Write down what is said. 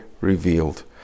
revealed